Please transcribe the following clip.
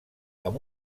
amb